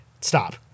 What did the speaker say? Stop